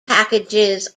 packages